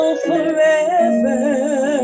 forever